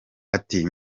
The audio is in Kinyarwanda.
ati